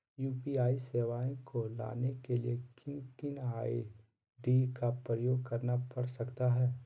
UPI सेवाएं को लाने के लिए किन किन आई.डी का उपयोग करना पड़ सकता है?